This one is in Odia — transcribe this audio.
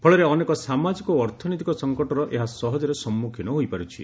ଫଳରେ ଅନେକ ସାମାଜିକ ଓ ଅର୍ଥନୈତିକ ସଙ୍କଟର ଏହା ସହଜରେ ସମ୍ମୁଖୀନ ହୋଇପାରୁଛି